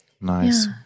Nice